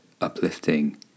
uplifting